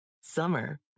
Summer